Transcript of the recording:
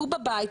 והוא בבית,